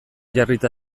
jarrita